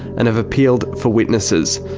and have appealed for witnesses.